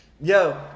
Yo